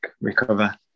recover